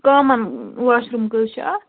common washroom کٔژ چھِ اتھ